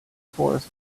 forest